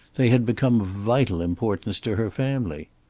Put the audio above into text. they had become of vital importance to her family.